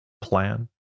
plan